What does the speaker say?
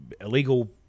illegal